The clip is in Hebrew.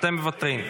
אתם מוותרים.